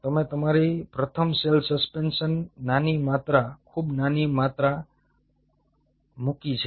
તમે તમારી પ્રથમ સેલ સસ્પેન્શનની નાની માત્રા ખૂબ નાની માત્ર મૂકી છે